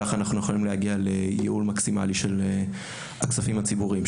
כך אנחנו יכולים להגיע לייעול מקסימלי של הכספים הציבוריים,